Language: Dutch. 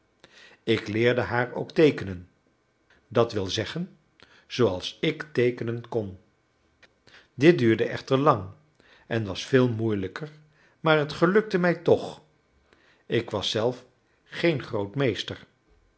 ik leerde haar ook teekenen dat wil zeggen zooals ik teekenen kon dit duurde echter lang en was veel moeilijker maar het gelukte mij toch ik was zelf geen